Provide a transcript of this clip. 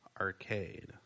Arcade